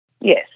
Yes